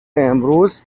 امروز